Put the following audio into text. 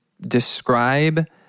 describe